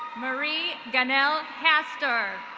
marie ganelle castor.